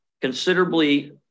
considerably